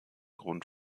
grund